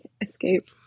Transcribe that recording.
escape